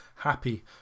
happy